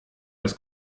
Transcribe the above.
das